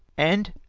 and,